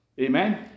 Amen